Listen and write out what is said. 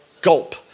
gulp